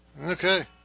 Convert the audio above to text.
Okay